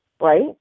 right